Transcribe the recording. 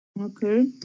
Okay